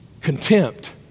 contempt